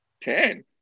ten